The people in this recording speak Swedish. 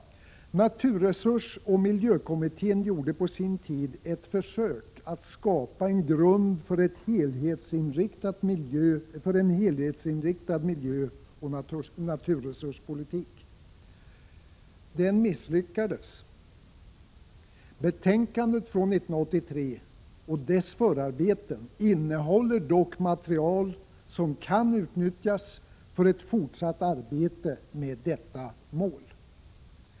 Naturresursoch miljöutredningen gjorde på sin tid ett försök att skapa en grund för en helhetsinriktad miljöoch naturresurspolitik. Den misslyckades. Betänkandet från 1983 och dess förarbeten innehåller dock material som kan utnyttjas för ett fortsatt arbete med detta mål.